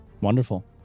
Wonderful